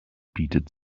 bietet